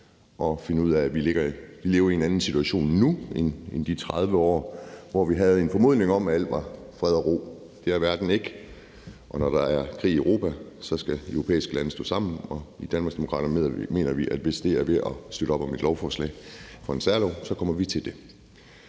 og finde ud af, at vi lever i en anden situation nu end i de 30 år, hvor vi havde en formodning om, at alt var fred og ro. Det er der ikke i verden. Når der er krig i Europa, skal de europæiske lande stå sammen, og i Danmarksdemokraterne mener vi, at hvis det er ved at støtte op om et lovforslag for en særlov, kommer vi til det.